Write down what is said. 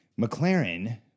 McLaren